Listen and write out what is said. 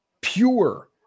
pure